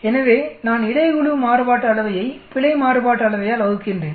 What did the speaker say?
எனவே நான் இடை குழு மாறுபாட்டு அளவையை பிழை மாறுபாட்டு அளவையால் வகுக்கின்றேன்